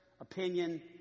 opinion